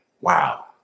wow